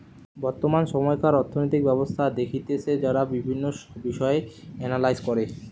বর্তমান সময়কার অর্থনৈতিক ব্যবস্থা দেখতেছে যারা বিভিন্ন বিষয় এনালাইস করে